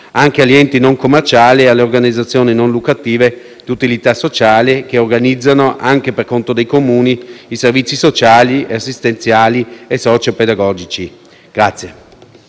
anche agli enti non commerciali e alle organizzazioni non lucrative di utilità sociale, che organizzano, anche per conto dei Comuni, i servizi sociali, assistenziali e socio-pedagogici.